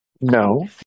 No